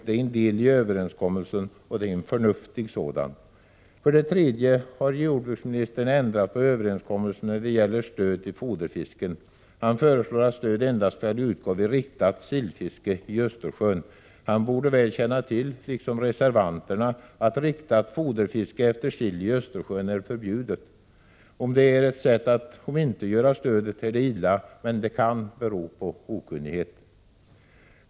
Det är en del i överenskommelsen, och en förnuftig sådan. För det tredje har jordbruksministern ändrat på överenskommelsen när det gäller stöd för foderfisk. Han föreslår att stöd endast skall utgå vid riktat sillfiske i Östersjön. Han, liksom reservanterna, borde väl känna till att riktat foderfiske efter sill i Östersjön är förbjudet. Om ändringen är ett sätt att omintetgöra stödet är det illa, men den kan bero på okunnighet.